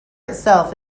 itself